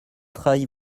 trahi